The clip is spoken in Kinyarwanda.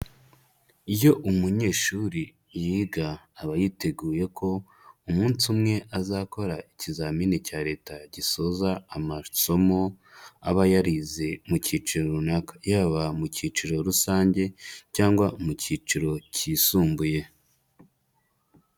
Iyo umunyeshuri yiga aba yiteguye ko umunsi umwe azakora ikizamini cya leta gisoza amasomo aba yarize mu cyiciro runaka. Yaba mu cyiciro rusange cyangwa mu cyiciro cyisumbuye.